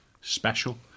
special